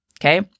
Okay